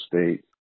State